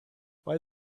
why